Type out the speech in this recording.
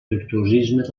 virtuosisme